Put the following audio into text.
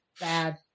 bad